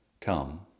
Come